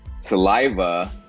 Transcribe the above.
saliva